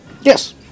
yes